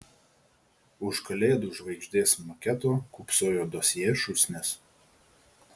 už kalėdų žvaigždės maketo kūpsojo dosjė šūsnis